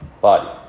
body